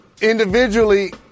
individually